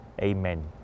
Amen